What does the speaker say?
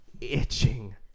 itching